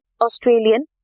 Australian